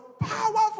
powerful